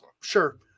Sure